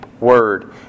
Word